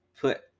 put